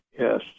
yes